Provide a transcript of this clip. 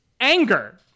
Anger